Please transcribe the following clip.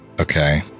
Okay